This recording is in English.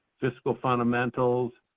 fiscal fundamentals,